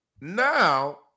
now